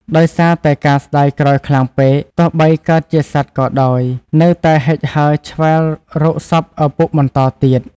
ដោយសារតែការស្ដាយក្រោយខ្លាំងពេក ទោះបីកើតជាសត្វក៏ដោយនៅតែហិចហើរឆ្វែលរកសពឪពុកបន្តទៀត។